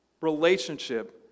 relationship